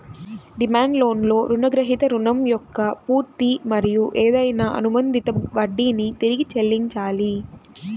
demand లోన్లో రుణగ్రహీత రుణం యొక్క పూర్తి మరియు ఏదైనా అనుబంధిత వడ్డీని తిరిగి చెల్లించాలి